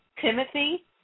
Timothy